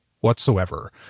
whatsoever